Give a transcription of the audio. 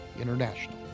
International